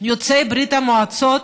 יוצאי ברית המועצות